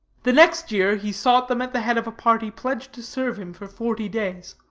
the next year he sought them at the head of a party pledged to serve him for forty days.